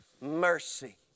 Mercy